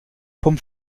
pump